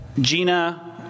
Gina